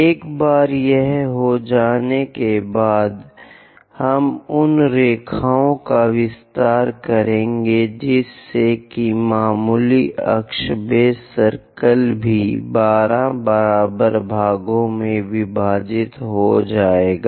एक बार यह हो जाने के बाद हम उन रेखाओं का विस्तार करेंगे जिससे कि मामूली अक्ष बेस सर्किल भी 12 बराबर भागों में विभाजित हो जाएगा